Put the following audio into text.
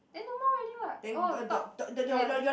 then no more already what oh top left